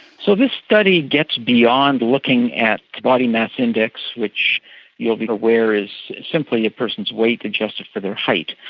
so this study gets beyond looking at body mass index, which you'll be aware is simply a person's weight adjusted for their height,